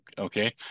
Okay